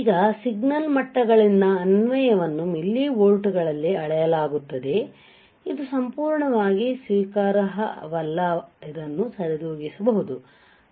ಈಗ ಸಿಗ್ನಲ್ ಮಟ್ಟಗಳಿಂದ ಅನ್ವಯವನ್ನು ಮಿಲಿವೋಲ್ಟ್ ಗಳಲ್ಲಿ ಅಳೆಯಲಾಗುತ್ತದೆ ಇದು ಸಂಪೂರ್ಣವಾಗಿ ಸ್ವೀಕಾರಾರ್ಹವಲ್ಲ ಇದನ್ನು ಸರಿದೂಗಿಸಬಹುದು